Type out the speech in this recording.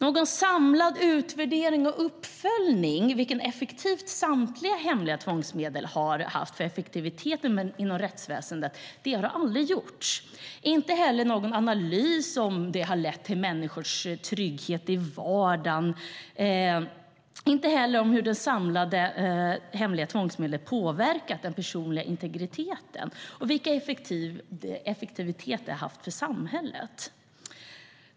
Någon samlad utvärdering och uppföljning av vilken effekt samtliga hemliga tvångsmedel haft för effektiviteten inom rättsväsendet har aldrig gjorts, inte heller någon analys av om de har lett till större trygghet i människors vardag eller hur de samlade hemliga tvångsmedlen påverkat den personliga integriteten och vilka effekter det fått för samhället.